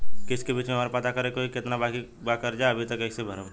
किश्त के बीच मे हमरा पता करे होई की केतना बाकी बा कर्जा अभी त कइसे करम?